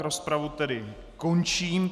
Rozpravu tedy končím.